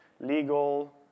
legal